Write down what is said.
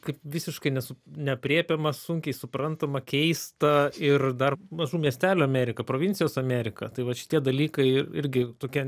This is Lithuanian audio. kaip visiškai nesu neaprėpiama sunkiai suprantama keista ir dar mažų miestelių amerika provincijos amerika tai vat šitie dalykai irgi tokie